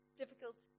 difficult